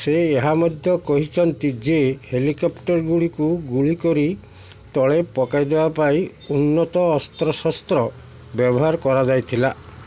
ସେ ଏହା ମଧ୍ୟ କହିଛନ୍ତି ଯେ ହେଲିକ୍ୟାପ୍ଟର୍ ଗୁଡ଼ିକୁ ଗୁଳି କରି ତଳେ ପକାଇଦେବା ପାଇଁ ଉନ୍ନତ ଅସ୍ତ୍ରଶସ୍ତ୍ର ବ୍ୟବହାର କରାଯାଇଥିଲା